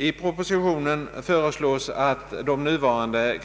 I propositionen föreslås att det nuvarande